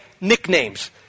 nicknames